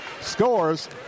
Scores